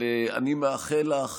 אני מאחל לך